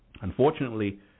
unfortunately